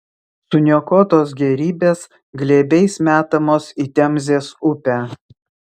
suniokotos gėrybės glėbiais metamos į temzės upę